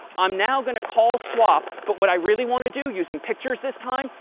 i'm now going to call swap. but what i really want to do, using pictures this time,